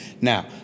Now